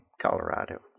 Colorado